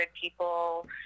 people